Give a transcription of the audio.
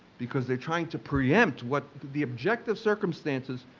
because they're trying to preempt what the objective circumstances,